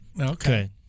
Okay